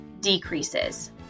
decreases